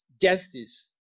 justice